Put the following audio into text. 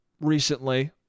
recently